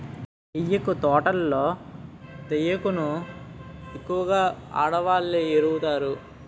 తేయాకు తోటల్లో తేయాకును ఎక్కువగా ఆడవాళ్ళే ఏరుతారు